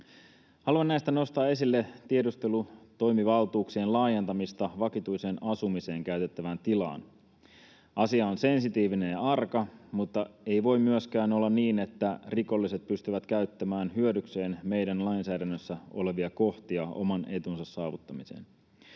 Haluan näistä nostaa esille tiedustelutoimivaltuuksien laajentamista vakituiseen asumiseen käytettävän tilaan. Asia on sensitiivinen ja arka, mutta ei voi myöskään olla niin, että rikolliset pystyvät käyttämään hyödykseen meidän lainsäädännössä olevia kohtia oman etunsa saavuttamiseen.